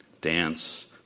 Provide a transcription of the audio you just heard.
dance